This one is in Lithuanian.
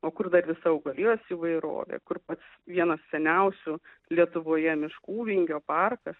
o kur dar visa augalijos įvairovė kur pats vienos seniausių lietuvoje miškų vingio parkas